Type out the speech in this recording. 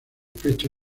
pecho